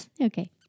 Okay